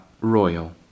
Royal